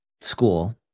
school